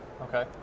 Okay